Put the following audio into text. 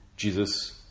Jesus